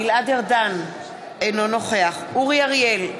אינו נוכח אורי אריאל,